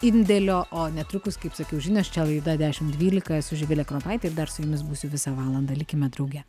indėlio o netrukus kaip sakiau žinios čia laida dešim dvylika esu živilė kropaitė ir dar su jumis būsiu visą valandą likime drauge